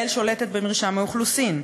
ישראל שולטת במרשם האוכלוסין,